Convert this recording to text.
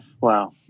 Wow